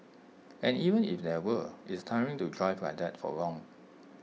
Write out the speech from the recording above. and even if there were it's tiring to drive like that for long